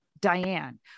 diane